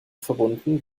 verbunden